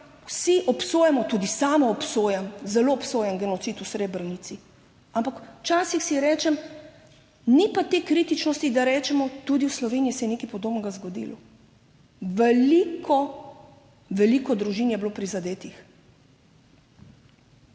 vsi obsojamo, tudi sama obsojam, zelo obsojam genocid v Srebrenici. Ampak včasih si rečem, ni pa te kritičnosti, da rečemo, tudi v Sloveniji se je nekaj podobnega zgodilo. Veliko, veliko družin je bilo prizadetih,